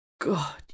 God